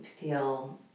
feel